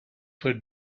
would